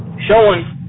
showing